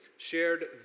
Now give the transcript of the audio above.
shared